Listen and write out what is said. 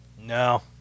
No